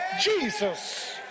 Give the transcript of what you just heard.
Jesus